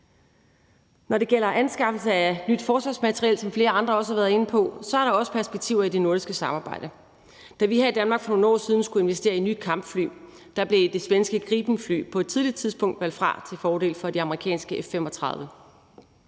Når det gælder anskaffelse af nyt forsvarsmateriel, er der, som flere andre også har været inde på, også perspektiver i det nordiske samarbejde. Da vi her i Danmark for nogle år siden skulle investere i nye kampfly, blev det svenske Gripenfly på et tidligt tidspunkt valgt fra til fordel for det amerikanske F-35.